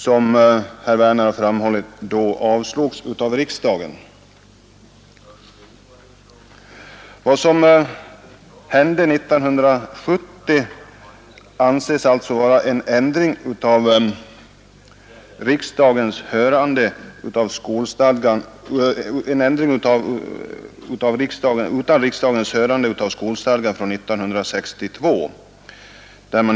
Som herr Werner i Malmö framhöll avslogs den reservationen av riksdagen. Vad som hände 1970 anses alltså vara en ändring utan riksdagens hörande av skolstadgan från 1962.